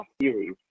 series